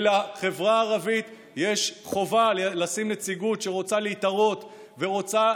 ולחברה הערבית יש חובה לשים נציגות שרוצה להתערות ורוצה